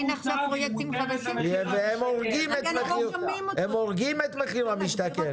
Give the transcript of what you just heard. הם הורגים את מחיר למשתכן.